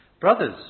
brothers